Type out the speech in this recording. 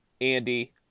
Andy